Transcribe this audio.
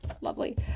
lovely